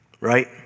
right